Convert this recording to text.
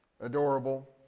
adorable